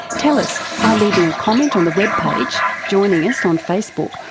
tell us by leaving a comment on the webpage, joining us on facebook,